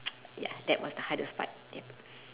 ya that was the hardest part